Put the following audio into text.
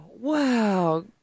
wow